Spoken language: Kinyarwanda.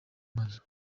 nkazo